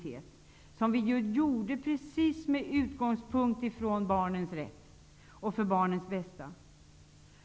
Det bestämdes just med utgångspunkt från barnens rätt och för barnens bästa.